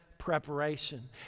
preparation